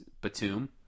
Batum